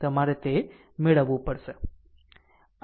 તમારે તે મેળવવું પડશે